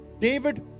David